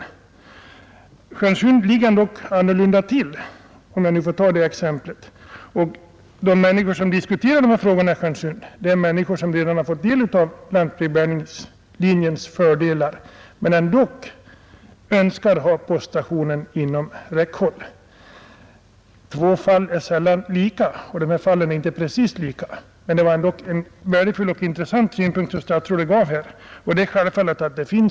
I Stjärnsund ligger det annorlunda till, om jag får ta detta exempel. De människor som diskuterar dessa frågor i Stjärnsund har redan blivit delaktiga av lantbrevbäringens fördelar, men ändå önskar de ha poststationen inom räckhåll. Två fall är sällan precis lika, men det var ändå en värdefull och intressant synpunkt på problemet som kommunikationsministern gav genom att berätta om fallet Hulån.